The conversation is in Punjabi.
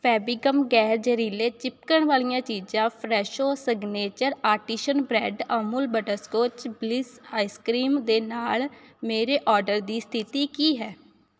ਫੇਵੀਗਮ ਗੈਰ ਜ਼ਹਿਰੀਲੇ ਚਿਪਕਣ ਵਾਲੀਆਂ ਚੀਜ਼ਾਂ Fresho signature artisan bread Amul butterscotch bliss ice cream ਦੇ ਨਾਲ ਮੇਰੇ ਔਡਰ ਦੀ ਸਥਿਤੀ ਕੀ ਹੈ